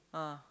ah